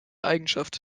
eigenschaft